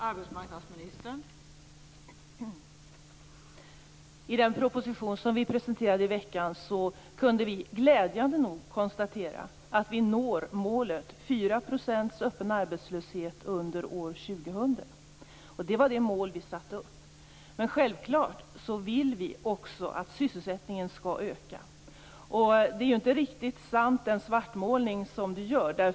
Fru talman! I den proposition som vi presenterade i veckan kunde vi glädjande nog konstatera att vi når målet 4 % öppen arbetslöshet under år 2000. Det var det mål vi satte upp. Självfallet vill vi också att sysselsättningen skall öka. Lars Bäckströms svartmålning är inte riktigt sann.